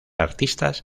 artistas